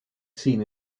seen